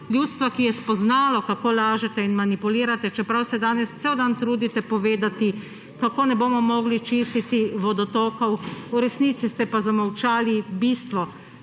ljudstva, ki je spoznalo, kako lažete in manipulirate. Čeprav se danes cel dan trudite povedati, kako ne bomo mogli čistiti vodotokov, v resnici ste pa zamolčali bistvo;